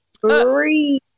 three